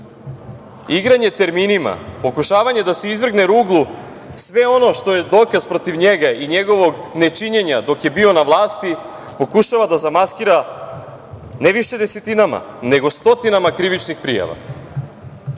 Igranje terminima, pokušavanje da se izvrgne ruglu sve ono što je dokaz protiv njega i njegovog nečinjenja dok je bio na vlasti pokušava da zamaskira ne više desetinama, nego stotinama krivičnih prijava. Danas